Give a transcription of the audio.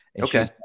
Okay